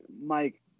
Mike